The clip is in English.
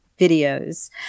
videos